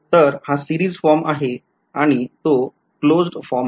तर हा series form आहे आणि तो क्लोज्ड फॉर्म आहे